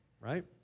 Right